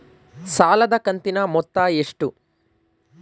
ಸಾಲದ ಕಂತಿನ ಮೊತ್ತ ಎಷ್ಟು?